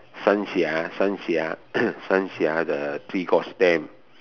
Sanxia Sanxia Sanxia the three gorge there